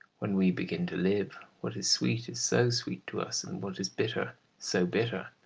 when we begin to live, what is sweet is so sweet to us, and what is bitter so bitter,